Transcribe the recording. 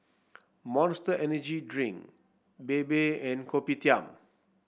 Monster Energy Drink Bebe and Kopitiam